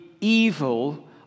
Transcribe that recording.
evil